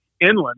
inland